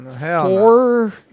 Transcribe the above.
four